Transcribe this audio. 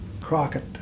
Crockett